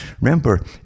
Remember